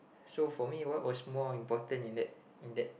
so for me what was more important in that in that